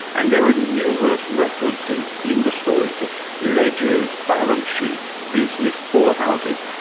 and there are numerous references in the story to ledgers, balance sheets, business, poor houses,